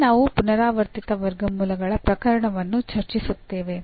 ಮುಂದೆ ನಾವು ಪುನರಾವರ್ತಿತ ವರ್ಗಮೂಲಗಳ ಪ್ರಕರಣವನ್ನು ಚರ್ಚಿಸುತ್ತೇವೆ